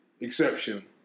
exception